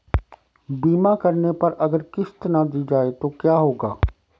बीमा करने पर अगर किश्त ना दी जाये तो क्या होगा?